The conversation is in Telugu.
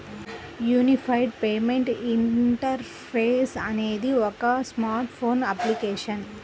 యూనిఫైడ్ పేమెంట్ ఇంటర్ఫేస్ అనేది ఒక స్మార్ట్ ఫోన్ అప్లికేషన్